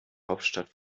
hauptstadt